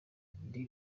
ndi